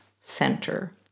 center